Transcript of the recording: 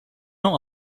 not